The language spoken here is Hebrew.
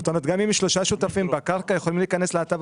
גם אם שלושה שותפים בקרקע, יכולים להיכנס להטבה.